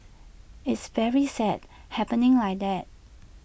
it's very sad happening like that